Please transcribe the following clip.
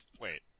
Wait